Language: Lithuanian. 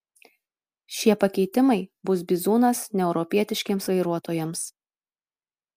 šie pakeitimai bus bizūnas neeuropietiškiems vairuotojams